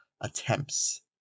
attempts